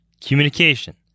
communication